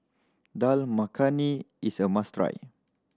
Dal Makhani is a must try